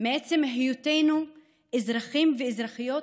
מעצם היותנו אזרחים ואזרחיות,